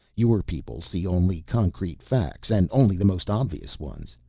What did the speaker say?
your people see only concrete facts, and only the most obvious ones,